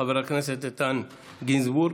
חבר הכנסת איתן גינזבורג.